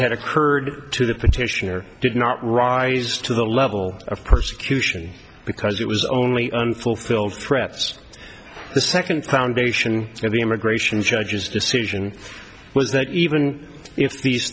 had occurred to the petitioner did not rise to the level of persecution because it was only unfulfilled threats the second foundation of the immigration judge's decision was that even if these